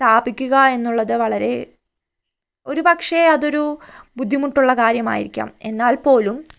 സ്ഥാപിക്കുക എന്നത് വളരെ ഒരുപക്ഷേ അതൊരു ബുദ്ധിമുട്ടുള്ള കാര്യമായിരിക്കാം എന്നാൽപോലും